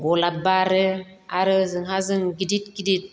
गलाब बारो आरो ओजोंहा गिदिद गिदिद